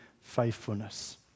faithfulness